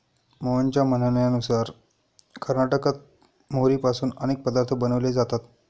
मोहनच्या म्हणण्यानुसार कर्नाटकात मोहरीपासून अनेक पदार्थ बनवले जातात